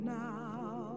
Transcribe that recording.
now